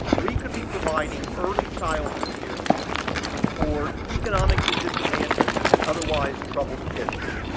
we could be providing early childhood care for economically disadvantaged and otherwise troubled kids,